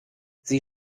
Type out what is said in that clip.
sie